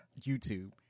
YouTube